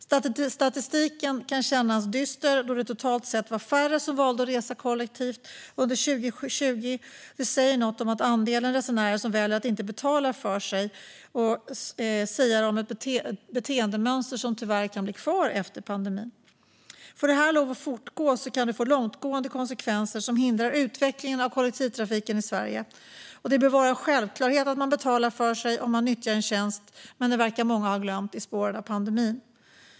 Statistiken kan kännas dyster då det totalt sett var färre som valde att resa kollektivt under 2020. Detta säger något om andelen resenärer som väljer att inte betala för sig, och det siar om ett beteendemönster som tyvärr kan bli kvar efter pandemin. Om detta får lov att fortgå kan det få långtgående konsekvenser som hindrar utvecklingen av kollektivtrafiken i Sverige. Det bör vara en självklarhet att betala för sig om man nyttjar en tjänst, men det verkar många ha glömt i spåren av pandemin.